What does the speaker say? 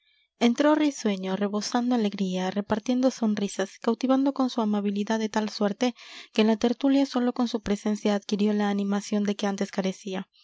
entró risueño rebosando alegría repartiendo sonrisas cautivando con su amabilidad de tal suerte que la tertulia sólo con su presencia adquirió la animación de que antes carecía